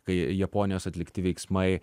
kai japonijos atlikti veiksmai